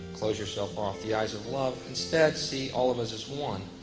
close yourself off the eyes of love, instead see all of us as one.